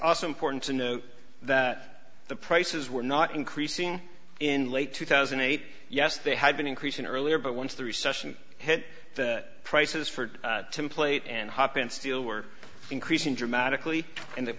also important to note that the prices were not increasing in late two thousand and eight yes they had been increasing earlier but once the recession hit the prices for template and hoppin steel were increasing dramatically and the